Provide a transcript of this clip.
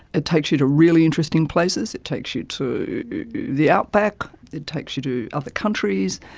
it takes you to really interesting places, it takes you to the outback, it takes you to other countries.